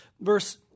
verse